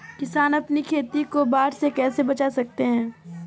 किसान अपनी खेती को बाढ़ से कैसे बचा सकते हैं?